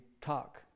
talk